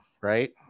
right